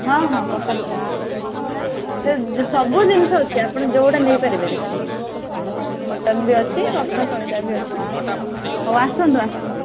ହଁ ହଁ କପା ସଳିତା ସେ ସବୁ ଜିନିଷ ଅଛି ଆପଣ ଯେଉଁଟା ନେଇପାରିବେ ଦେଖିକି କଟନ୍ ବି ଅଛି କପା ସଳିତା ବି ଅଛି ହଉ ଆସନ୍ତୁ ଆସନ୍ତୁ